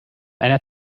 einer